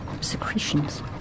secretions